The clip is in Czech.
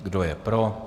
Kdo je pro?